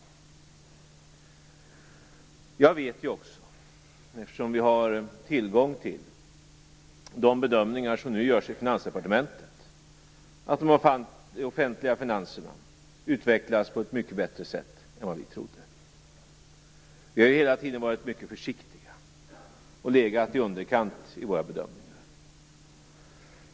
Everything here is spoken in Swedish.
Jag vet också, eftersom vi har tillgång till de bedömningar som nu görs i Finansdepartementet, att de offentliga finanserna utvecklas på ett mycket bättre sätt än vad vi trodde. Vi har hela tiden varit mycket försiktiga och legat i underkant i våra bedömningar.